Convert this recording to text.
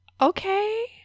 Okay